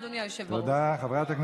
זה נמצא על סדר-היום.